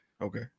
okay